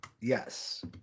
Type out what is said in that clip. yes